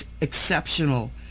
exceptional